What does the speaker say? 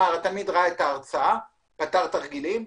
התלמיד ראה את ההרצאה, פתר תרגילים.